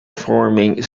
forming